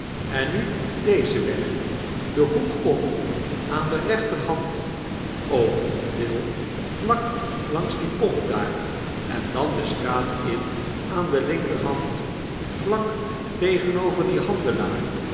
en nu dezen weg den hoek om aan de recb terb and oom will vlak langs die pomp daar en dan de straat in aan de linkerhaud vlak tegenover dien handelaar